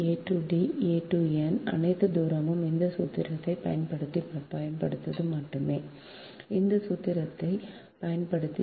a to n அனைத்து தூரமும் இந்த சூத்திரத்தைப் பயன்படுத்தி மட்டுமே இந்த சூத்திரத்தைப் பயன்படுத்தி